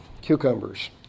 cucumbers